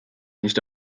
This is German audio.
nicht